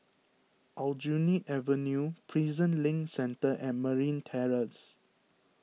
Aljunied Avenue Prison Link Centre and Marine Terrace